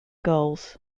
goals